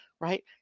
right